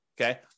okay